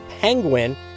Penguin